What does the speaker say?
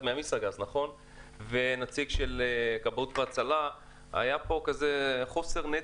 מאמישראגז והנציג של כבאות והצלה - היה פה נתק.